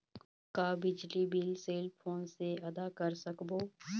का बिजली bill cell phone से आदा कर सकबो?